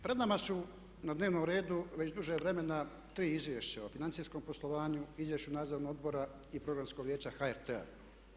Pred nama su na dnevnom redu već duže vremena Izvješće o financijskom poslovanju i izvješću nadzornog odbora i Programskog vijeća HRT-a.